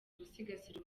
gusigasira